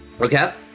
Okay